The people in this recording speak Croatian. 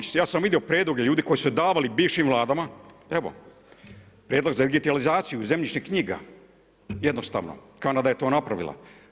Imam ih, ja sam vidio prijedloge ljudi koji su davali bivšim Vladama, evo, prijedlog za digitalizaciju zemljišnih knjiga, jednostavno, Kanada je to napravila.